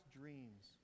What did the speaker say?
dreams